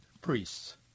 priests